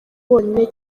bonyine